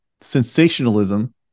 sensationalism